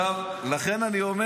לכן אני אומר